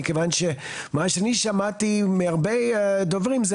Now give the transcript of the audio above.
מכיוון מה שאני שמעתי מהרבה דוברים,